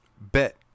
bet